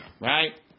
right